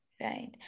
right